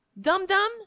dum-dum